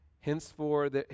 Henceforth